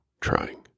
trying